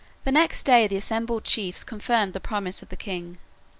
the next day the assembled chiefs confirmed the promise of the king.